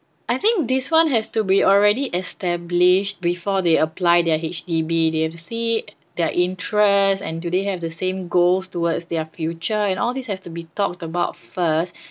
I think this one has to be already established before they apply their H_D_B they have to see their interests and do they have the same goals towards their future and all this has to be talked about first